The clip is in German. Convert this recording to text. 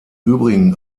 übrigen